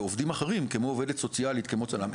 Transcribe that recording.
לעובדים אחרים כמו עובדת סוציאלית וכמו צלם,